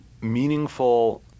meaningful